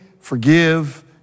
forgive